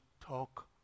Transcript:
talk